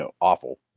awful